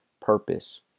purpose